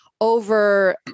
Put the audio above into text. over